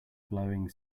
blowing